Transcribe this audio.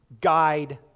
guide